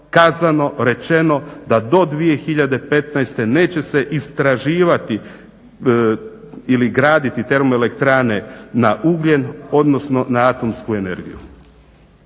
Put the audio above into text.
rečeno da do 2015.neće se istraživati ili graditi TE na ugljen odnosno na atomsku energiju?